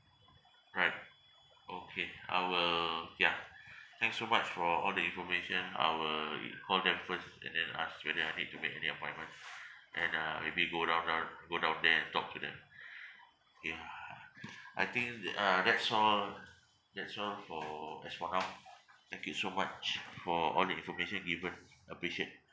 right okay I will yeah thanks so much for all the information I will call them first and then ask whether I need to make any appointment and uh maybe go down down go down there and talk to them yeah I think the uh that's all that's all for as for now thank you so much for all the information given appreciate